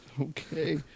Okay